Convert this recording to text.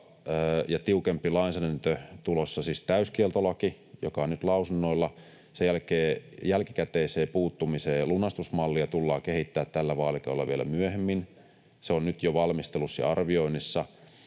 tiukempi lainsäädäntö tulossa, siis täyskieltolaki, joka on nyt lausunnoilla. Sen jälkeen jälkikäteisen puuttumisen ja lunastusmallia tullaan kehittämään tällä vaalikaudella vielä myöhemmin. [Suna Kymäläinen: Hyvä!] Se on nyt jo valmistelussa ja arvioinnissa,